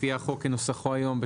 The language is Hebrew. לפי החוק כנוסחו היום,